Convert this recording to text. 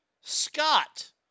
Scott